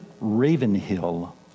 Ravenhill